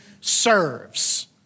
serves